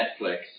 Netflix